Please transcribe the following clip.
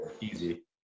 easy